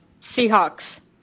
Seahawks